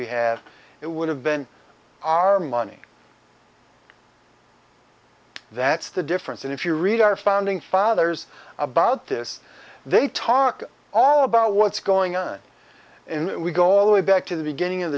we had it would have been our money that's the difference and if you read our founding fathers about this they talk all about what's going on in we go all the way back to the beginning of